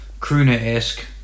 crooner-esque